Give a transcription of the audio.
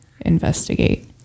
investigate